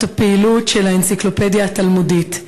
הפעילות של "האנציקלופדיה התלמודית".